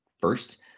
first